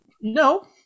no